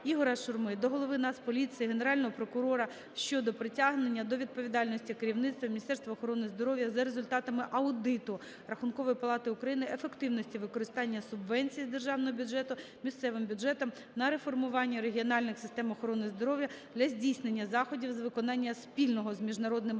Ігоря Шурми до голови Нацполіції, Генерального прокурора щодо притягнення до відповідальності керівництва Міністерства охорони здоров'я за результатами аудиту Рахункової палати України ефективності використання субвенції з державного бюджету місцевим бюджетам на реформування регіональних систем охорони здоров'я для здійснення заходів з виконання спільного з Міжнародним банком